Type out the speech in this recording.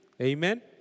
Amen